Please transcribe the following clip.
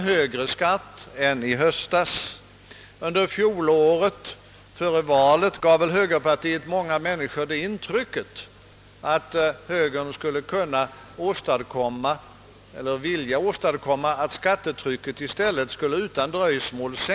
Före valet i fjol gav emellertid högerpartiet många människor det intrycket, att högern ville åstadkomma en minskning av skattetrycket utan dröjsmål.